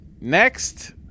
Next